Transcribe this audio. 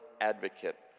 advocate